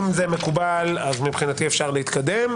אם זה מקובל, מבחינתי אפשר להתקדם.